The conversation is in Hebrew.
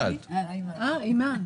הקורונה.